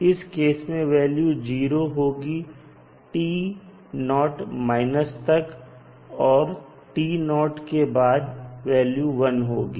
इस केस में वैल्यू 0 होगी तक और के बाद वैल्यू 1 होगी